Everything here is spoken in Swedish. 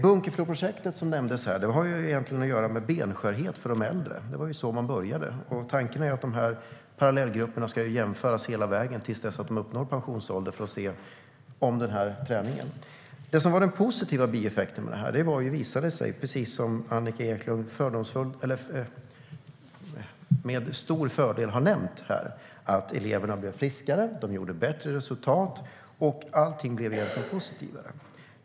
Bunkefloprojektet hänger egentligen ihop med benskörhet hos de äldre. Det var så man började arbetet. Tanken är att parallellgrupperna ska jämföras hela vägen till dess de uppnår pensionsålder och hur träningen har fungerat. De positiva bieffekterna har visat sig, precis som Annika Eclund föredömligt har nämnt här, vara att eleverna blir friskare och får bättre resultat. Allt har blivit positivare.